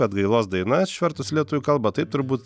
atgailos daina išvertus į lietuvių kalbą taip turbūt